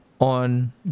on